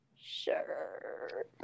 Sure